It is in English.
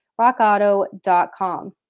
rockauto.com